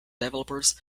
developers